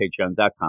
patreon.com